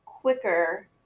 quicker